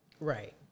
Right